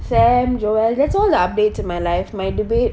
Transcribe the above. sam joel that's all updates to my life my debate